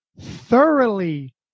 thoroughly